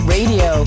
Radio